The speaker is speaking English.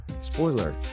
Spoiler